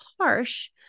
harsh